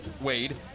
Wade